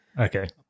Okay